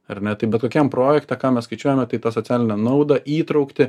ar ne tai bet kokiam projekte ką mes skaičiuojame tai tą socialinę naudą įtrauktį